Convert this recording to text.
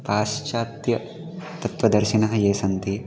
पाश्चात्य तत्त्वदर्शिनः ये सन्ति